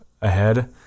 ahead